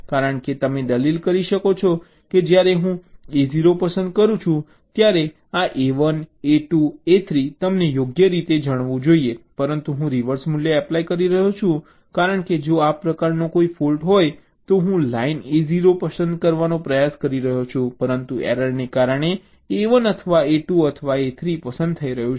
કારણ કે તમે દલીલ કરી શકો છો કે જ્યારે હું A0 પસંદ કરું છું ત્યારે આ A1 A2 A3 અમને યોગ્ય રીતે જાણવું જોઈએ પરંતુ હું રિવર્સ મૂલ્ય એપ્લાય કરી રહ્યો છું કારણ કે જો આ પ્રકારનો કોઈ ફૉલ્ટ હોય તો હું લાઇન A0 પસંદ કરવાનો પ્રયાસ કરી રહ્યો છું પરંતુ એરરને કારણે A1 અથવા A2 અથવા A3 પસંદ થઈ રહ્યું છે